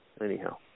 Anyhow